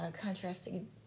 contrasting